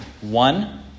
One